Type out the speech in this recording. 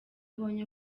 abonye